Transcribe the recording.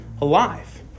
alive